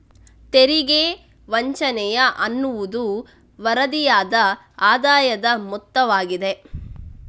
ತೆರಿಗೆ ವಂಚನೆಯ ಅನ್ನುವುದು ವರದಿಯಾಗದ ಆದಾಯದ ಮೊತ್ತವಾಗಿದೆ